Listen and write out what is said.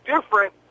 different